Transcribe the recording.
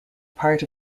part